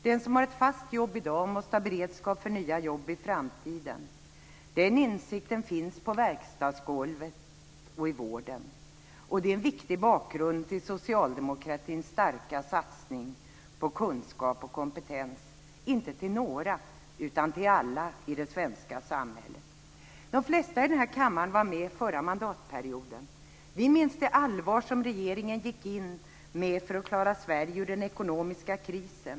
Den som har ett fast jobb i dag måste ha beredskap för nya jobb i framtiden. Den insikten finns på verkstadsgolvet och i vården. Det är en viktig bakgrund till socialdemokratins starka satsning på kunskap och kompetens inte till några, utan till alla i det svenska samhället. De flesta i den här kammaren var med förra mandatperioden. Vi minns det allvar som regeringen gick in med för att klara Sverige ur den ekonomiska krisen.